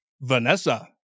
Vanessa